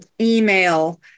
email